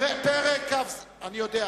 סעיף 162, כהצעת הוועדה,